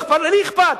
לי אכפת.